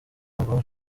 bwo